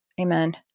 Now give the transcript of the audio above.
Amen